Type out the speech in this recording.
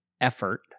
effort